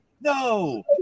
No